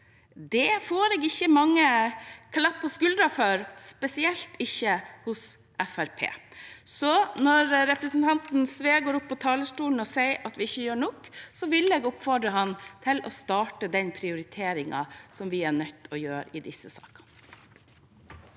Det får jeg ikke mange klapp på skulderen for, spesielt ikke hos Fremskrittspartiet, så når representanten Sve går opp på talerstolen og sier at vi ikke gjør nok, vil jeg oppfordre ham til å starte med den prioriteringen som vi er nødt til å gjøre i disse sakene.